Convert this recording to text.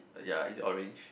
ya is it orange